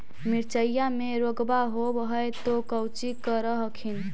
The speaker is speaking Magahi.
मिर्चया मे रोग्बा होब है तो कौची कर हखिन?